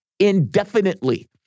indefinitely